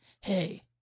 hey